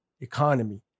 Economy